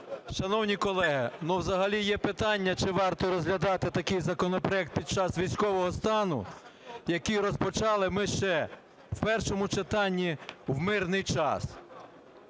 Шановні колеги, ну, взагалі є питання, чи варто розглядати такий законопроект під час військового стану, який розпочали ми ще в першому читанні в мирний час.